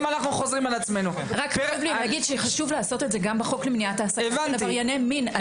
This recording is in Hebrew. חשוב לעשות את זה גם בחוק למניעת העסקה של עברייני מין.